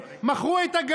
מכרו את הנגב,